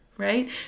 right